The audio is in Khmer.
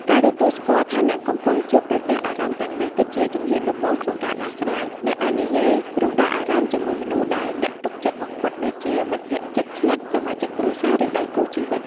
ការទទួលស្គាល់ថាអ្នកកំពុងជួបប្រទះអារម្មណ៍ទាំងនេះ គឺជាជំហានដំបូងក្នុងការដោះស្រាយ អ្នកអាចនិយាយរំដោះអារម្មណ៍ជាមួយមនុស្សដែលអ្នកទុកចិត្តបំផុត ដូចជាមិត្តភក្តិជិតស្និទ្ធ សមាជិកគ្រួសារ ឬដៃគូជីវិត។